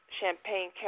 champagne